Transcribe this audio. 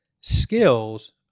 skills